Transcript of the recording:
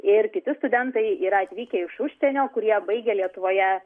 ir kiti studentai yra atvykę iš užsienio kurie baigę lietuvoje